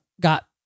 got